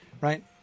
right